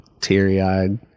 teary-eyed